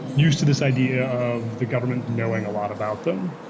used to this idea of the government knowing a lot about them.